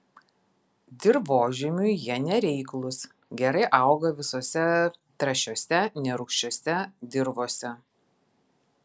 dirvožemiui jie nereiklūs gerai auga visose trąšiose nerūgščiose dirvose